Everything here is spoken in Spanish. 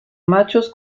machos